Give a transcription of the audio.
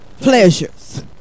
pleasures